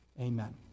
Amen